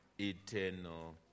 eternal